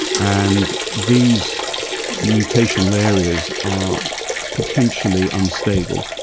and these mutational areas are potentially unstable.